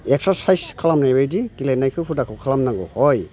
exercise खालामनाय बायदि गेलेनायखौ हुदाखौ खालामनांगौ हय